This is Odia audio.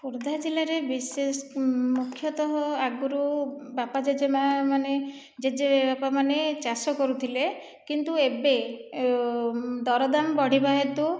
ଖୋର୍ଦ୍ଧା ଜିଲ୍ଲାରେ ବିଶେଷ ମୁଖ୍ୟତଃ ଆଗରୁ ବାପା ଜେଜେମା ମାନେ ଜେଜେବାପାମାନେ ଚାଷ କରୁଥିଲେ କିନ୍ତୁ ଏବେ ଦରଦାମ୍ ବଢ଼ିବା ହେତୁ